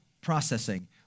processing